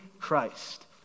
Christ